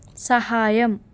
సహాయం